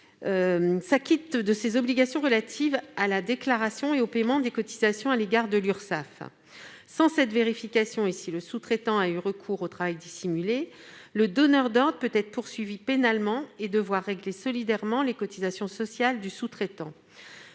-s'acquitte de ses obligations relatives à la déclaration et au paiement des cotisations à l'égard de l'Urssaf. Sans cette vérification, si le sous-traitant a eu recours au travail dissimulé, le donneur d'ordre peut être poursuivi pénalement et devoir régler solidairement les cotisations sociales du sous-traitant.